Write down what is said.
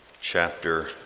Chapter